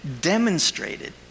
demonstrated